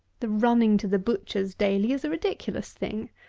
the running to the butchers daily is a ridiculous thing.